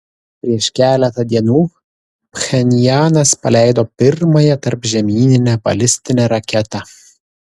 prieš keletą dienų pchenjanas paleido pirmąją tarpžemyninę balistinę raketą